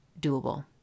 doable